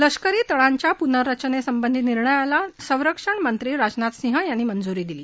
लष्करी तळांच्या पुनर्रचनेसंबंधीच्या निर्णयाला संरक्षण मंत्री राजनाथ सिंह यांनी मंजूरी दिली